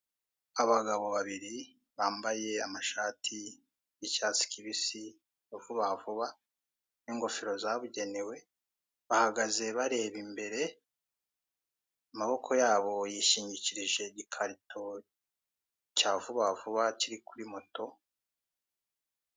Abagabo babiri bambaye amashati y'icyatsi kibisi ya vubavuba n'ingofero zabugenewe bahagaze bareba imbere amaboko yabo yishingikirije igikarito cya vubavuba kiri kuri moto.